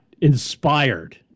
inspired